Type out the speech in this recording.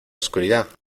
oscuridad